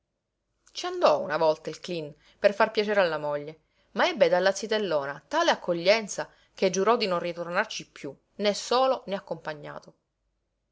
ci andò una volta il cleen per far piacere alla moglie ma ebbe dalla zitellona tale accoglienza che giurò di non ritornarci piú né solo né accompagnato